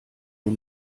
den